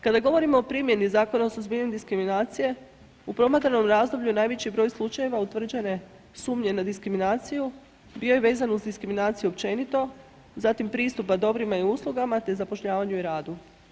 Kada govorimo o primjeni Zakona o suzbijanju diskriminacije u promatranom razdoblju najveći broj slučajeva utvrđene sumnje na diskriminaciju bio je vezan uz diskriminaciju općenito, zatim pristupa dobrima i uslugama te zapošljavanju i radu.